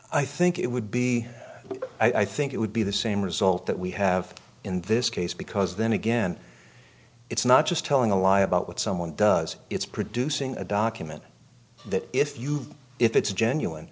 i think it would be i think it would be the same result that we have in this case because then again it's not just telling a lie about what someone does it's producing a document that if you if it's genuine